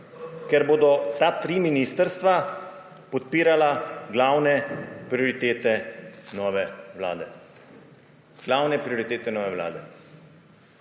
ker bodo ta tri ministrstva podpirala glavne prioritete nove vlade.